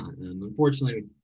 unfortunately